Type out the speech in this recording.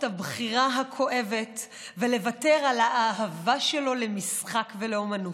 הבחירה הכואבת ולוותר על האהבה שלו למשחק ולאומנות,